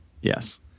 Yes